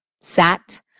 sat